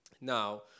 Now